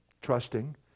Trusting